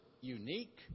unique